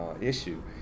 issue